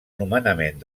nomenament